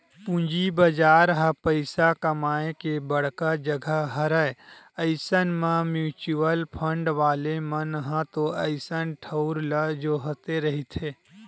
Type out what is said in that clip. पूंजी बजार ह पइसा कमाए के बड़का जघा हरय अइसन म म्युचुअल फंड वाले मन ह तो अइसन ठउर ल जोहते रहिथे